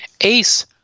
Ace